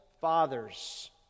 Fathers